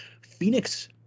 Phoenix